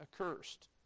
accursed